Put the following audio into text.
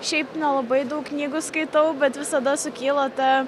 šiaip nelabai daug knygų skaitau bet visada sukyla ta